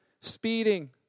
speeding